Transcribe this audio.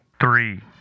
Three